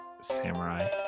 samurai